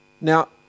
Now